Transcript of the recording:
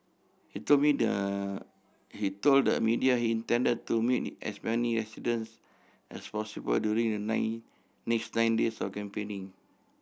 he told media he told the media he intend to meet as many residents as possible during the nine next nine days of campaigning